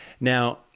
now